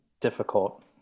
difficult